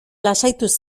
lasaituz